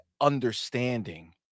understanding